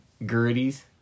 Gerties